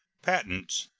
patents.